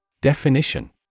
Definition